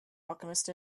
alchemist